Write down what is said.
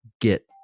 get